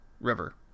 river